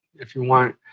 if you want.